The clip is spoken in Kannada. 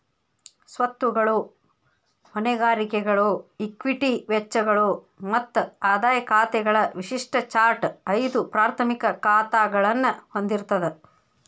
ಸ್ವತ್ತುಗಳು, ಹೊಣೆಗಾರಿಕೆಗಳು, ಇಕ್ವಿಟಿ ವೆಚ್ಚಗಳು ಮತ್ತ ಆದಾಯ ಖಾತೆಗಳ ವಿಶಿಷ್ಟ ಚಾರ್ಟ್ ಐದು ಪ್ರಾಥಮಿಕ ಖಾತಾಗಳನ್ನ ಹೊಂದಿರ್ತದ